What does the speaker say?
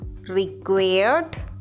required